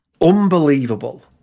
unbelievable